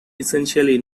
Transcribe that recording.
essentially